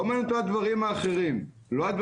לא מעניינים אותו הדברים האחרים,